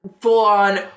full-on